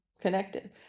connected